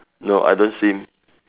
no I don't swim